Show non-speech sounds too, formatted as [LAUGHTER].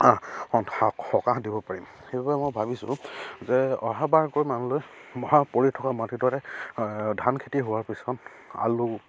সকাহ দিব পাৰিম সেইবাবে মই ভাবিছোঁ যে অহা বাৰকৈ মানলৈ [UNINTELLIGIBLE] পৰি থকা মাটিডৰাই ধান খেতি হোৱাৰ পিছত আলু